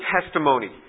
testimony